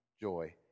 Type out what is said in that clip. joy